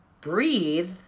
Breathe